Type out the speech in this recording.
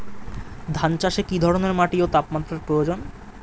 ধান চাষে কী ধরনের মাটি ও তাপমাত্রার প্রয়োজন?